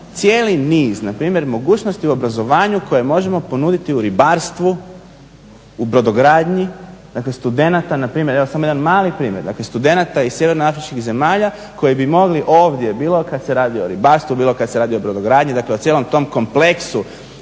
cijeli niz npr. mogućnosti u obrazovanju koje možemo ponuditi u ribarstvu, u brodogradnji, dakle studenata npr., evo samo jedan mali primjer, dakle studenata iz sjeverno afričkih zemalja koji bi mogli ovdje bilo kada se radi o ribarstvu, bilo kada se radi o brodogradnji, dakle o cijelom tom kompleksu